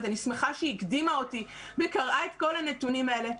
אז אני שמחה שהיא הקדימה אותי וקראה את כל הנתונים האלה.